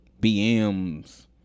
BMs